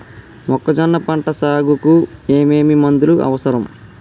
మొక్కజొన్న పంట సాగుకు ఏమేమి మందులు అవసరం?